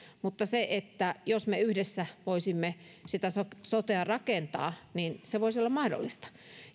mutta jos me yhdessä voisimme sitä sotea rakentaa niin se voisi olla mahdollista